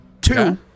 Two